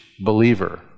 believer